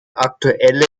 aktuelle